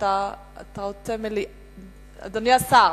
אדוני השר,